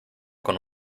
con